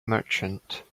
merchant